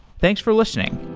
thanks for listening